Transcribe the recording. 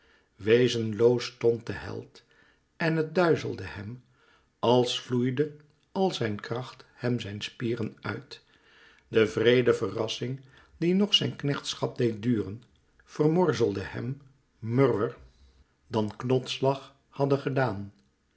wezenloos stond de held en het duizelde hem als vloeide al zijn kracht hem zijn spieren uit de wreede verrassing die nog zijn knechtschap deed duren vermorzelde hem murwer dan knotsslag hadde gedaan